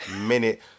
minute